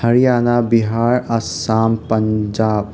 Haryana Bihar Assam Punjab